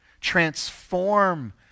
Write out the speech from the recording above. transform